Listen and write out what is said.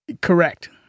Correct